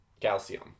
calcium